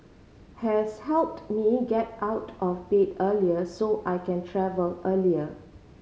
has helped me get out of bed earlier so I can travel earlier